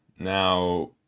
Now